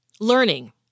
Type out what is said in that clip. learning